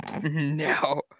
No